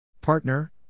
Partner